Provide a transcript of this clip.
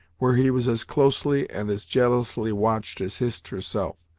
where he was as closely and as jealously watched as hist, herself,